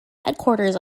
headquarters